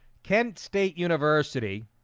kent state university,